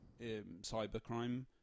cybercrime